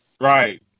Right